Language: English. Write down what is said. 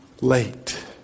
late